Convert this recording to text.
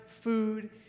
food